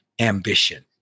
ambition